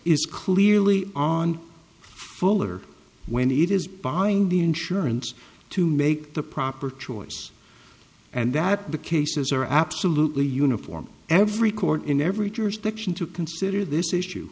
is clearly on full or when it is buying the insurance to make the proper choice and that the cases are absolutely uniform every court in every jurisdiction to consider this issue